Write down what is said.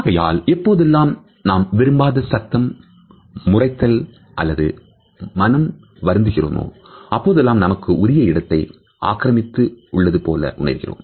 ஆகையால் எப்பொழுதெல்லாம் நாம் விரும்பாத சத்தம் முறைத்தல் அல்லது மனம் வருகிறதோ அப்போதெல்லாம் நமக்கு உரிய இடத்தை ஆக்கிரமித்து உள்ளது போல உணர்கிறோம்